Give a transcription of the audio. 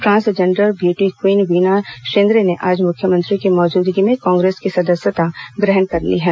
transgender beauty queen Veena Shedre ने आज मुख्यमंत्री की मौजूदगी में कांग्रेस की सदस्यता ग्रहण कर ली है